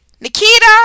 Nikita